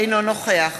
אינו נוכח